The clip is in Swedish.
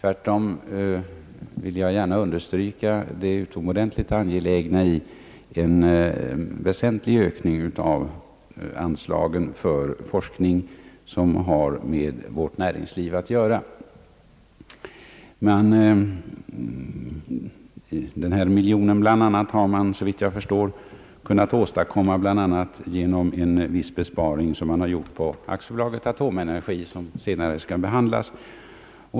Jag vill tvärtom understryka det utomordentligt angelägna 1 en väsentlig ökning av anslagen till forskning som har med vårt näringsliv att göra. Den miljon som det här gäller har man såvitt jag förstår kunnat åstadkomma bl.a. genom en viss besparing på AB Atomenergi — en punkt som senare skall behandlas.